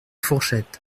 fourchette